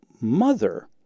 mother